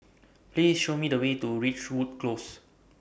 Please Show Me The Way to Ridgewood Close